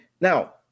Now